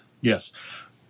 Yes